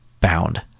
bound